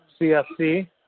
CFC